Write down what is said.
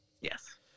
Yes